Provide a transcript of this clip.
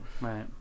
right